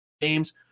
games